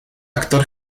actor